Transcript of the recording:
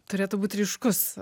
turėtų būti ryškus